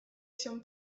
się